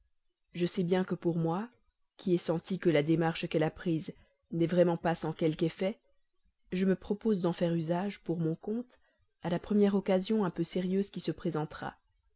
je sais bien que pour moi qui ai senti que la marche qu'elle a prise n'est vraiment pas sans quelque effet je me propose d'en faire usage pour mon compte à la première occasion un peu sérieuse qui se présentera